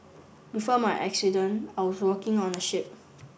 before my accident I was working on a ship